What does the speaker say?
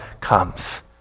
comes